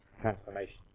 transformation